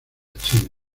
chile